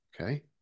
Okay